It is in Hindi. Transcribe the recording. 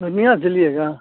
पूर्णिया चलिएगा